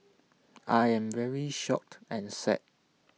I am very shocked and sad